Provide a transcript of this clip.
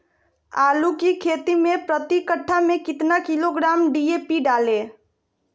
आलू की खेती मे प्रति कट्ठा में कितना किलोग्राम डी.ए.पी डाले?